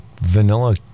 vanilla